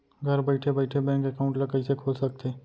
घर बइठे बइठे बैंक एकाउंट ल कइसे खोल सकथे?